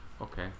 Okay